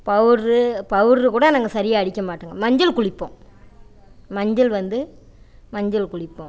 powder powder கூட நாங்கள் சரியாக அடிக்க மாட்டோங்க மஞ்சள் குளிப்போம் மஞ்சள் வந்து மஞ்சள் குளிப்போம்